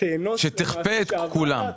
שתכפה על כולם.